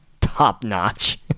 top-notch